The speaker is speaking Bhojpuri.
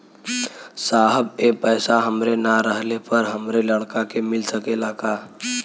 साहब ए पैसा हमरे ना रहले पर हमरे लड़का के मिल सकेला का?